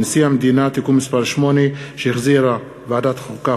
נשיא המדינה (תיקון מס' 8) שהחזירה ועדת החוקה,